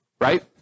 right